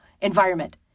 environment